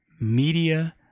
media